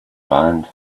band